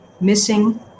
missing